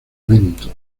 evento